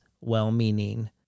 well-meaning